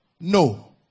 No